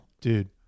dude